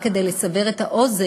רק כדי לסבר את האוזן,